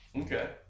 Okay